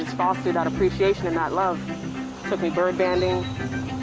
and fostered that appreciation, and that love. took me bird banding, and